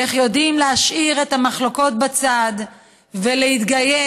איך יודעים להשאיר את המחלוקות בצד ולהתגייס